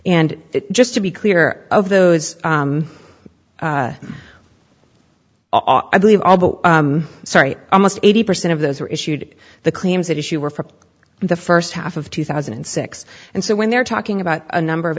and just to be clear of those i believe sorry almost eighty percent of those were issued the claims that issue were for the first half of two thousand and six and so when they're talking about a number